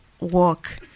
work